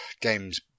games